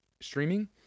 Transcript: streaming